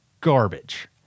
garbage